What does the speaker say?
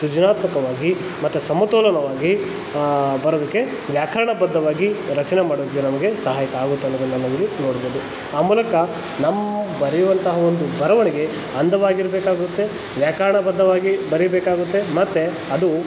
ಸೃಜನಾತ್ಮಕವಾಗಿ ಮತ್ತು ಸಮತೋಲನವಾಗಿ ಬರೋದಕ್ಕೆ ವ್ಯಾಕರಣಬದ್ದವಾಗಿ ರಚನೆ ಮಾಡೋದಕ್ಕೆ ನಮಗೆ ಸಹಾಯಕ ಆಗುತ್ತನ್ನೋದನ್ನು ನಾವಿಲ್ಲಿ ನೋಡ್ಬೋದು ಆ ಮೂಲಕ ನಮ್ಮ ಬರೆಯುವಂತಹ ಒಂದು ಬರವಣಿಗೆ ಅಂದವಾಗಿರಬೇಕಾಗುತ್ತೆ ವ್ಯಾಕರಣಬದ್ದವಾಗಿ ಬರಿಬೇಕಾಗುತ್ತೆ ಮತ್ತು ಅದು